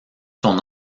son